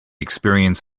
experience